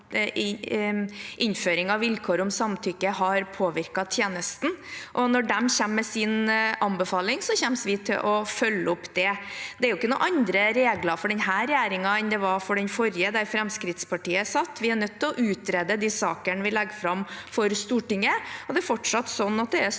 innføring av vilkår om samtykke har påvirket tjenesten. Når de kommer med sin anbefaling, kommer vi til å følge opp det. Det er ikke noen andre regler for denne regjeringen enn det var for den forrige, der Fremskrittspartiet satt. Vi er nødt til å utrede de sakene vi legger fram for Stortinget, og det er fortsatt slik at det er